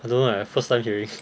I don't know leh first time hearing